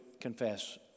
confess